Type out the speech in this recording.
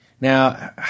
Now